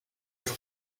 your